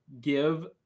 give